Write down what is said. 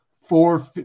four